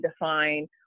define